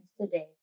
today